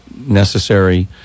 necessary